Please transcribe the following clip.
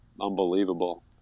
unbelievable